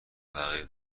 تغییر